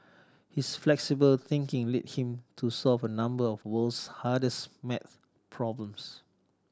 his flexible thinking led him to solve a number of world's hardest math problems